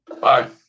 bye